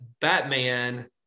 Batman